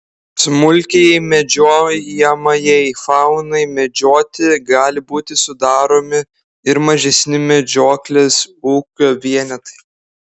smulkiajai medžiojamajai faunai medžioti gali būti sudaromi ir mažesni medžioklės ūkio vienetai